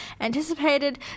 anticipated